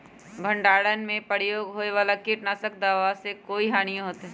भंडारण में प्रयोग होए वाला किट नाशक दवा से कोई हानियों होतै?